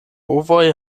bovoj